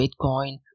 Bitcoin